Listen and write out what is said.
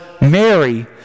Mary